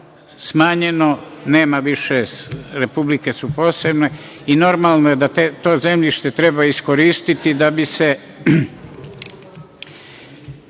smanjeno, nema više, republike su posebne i normalno je da to zemljište treba iskoristiti da bi se